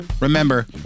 Remember